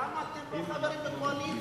למה אתם לא חברים בקואליציה,